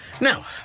Now